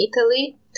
italy